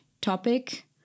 topic